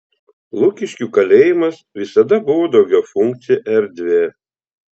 lukiškių kalėjimas visada buvo daugiafunkcė erdvė